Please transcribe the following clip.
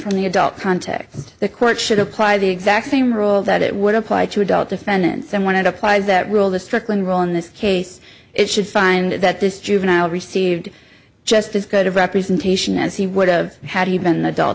from the adult context the court should apply the exact same rule that it would apply to adult defendants and when it applies that rule the strickland role in this case it should find that this juvenile received just as good representation as he would've had he been an adult